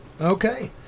Okay